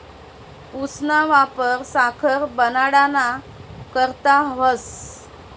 ऊसना वापर साखर बनाडाना करता व्हस